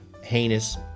heinous